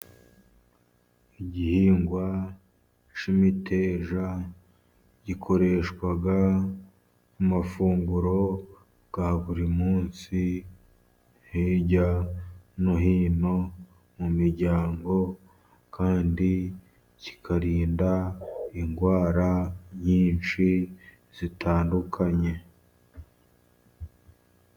Igihingwa cy'imiteja gikoreshwa ku mafunguro ya buri munsi ,hirya no hino mu miryango ,kandi kikarinda indwara nyinshi zitandukanye.